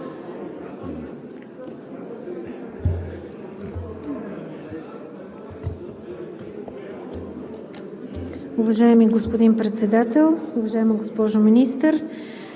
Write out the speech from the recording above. Уважаеми господин Председател, уважаема госпожо Министър!